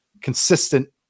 consistent